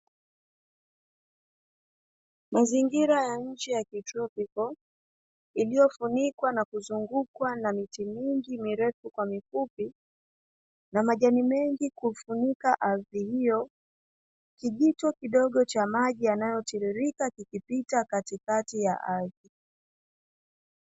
Mazingira ya nje ya kitropiko iliyofunikwa na kuzungukwa na miti mingi mirefu kwa mifupi, na majani mengi kufunika ardhi hiyo. Kijito kidogo cha maji yanayotiririka kikipita katikati ya ardhi.